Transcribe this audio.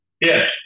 Yes